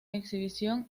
exhibición